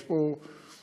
יש פה חקלאים,